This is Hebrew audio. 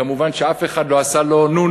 כמובן שאף אחד לא עשה לו "נו,